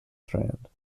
strand